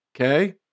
Okay